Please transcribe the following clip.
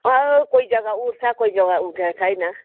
अँ कोही जग्गा उठ्छ कोही जग्गा उठेको छैन